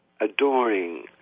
adoring